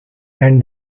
and